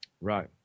right